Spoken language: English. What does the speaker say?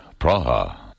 Praha